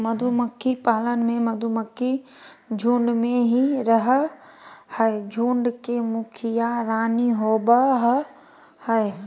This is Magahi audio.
मधुमक्खी पालन में मधुमक्खी झुंड में ही रहअ हई, झुंड के मुखिया रानी होवअ हई